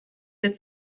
der